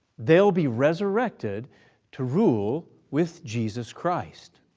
they'll be resurrected to rule with jesus christ.